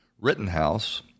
Rittenhouse